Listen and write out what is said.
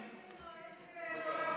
אוי, אם זה יקרה, זה יהיה נורא ואיום.